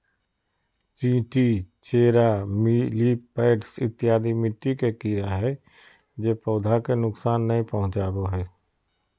चींटी, चेरा, मिलिपैड्स इत्यादि मिट्टी के कीड़ा हय जे पौधा के नुकसान नय पहुंचाबो हय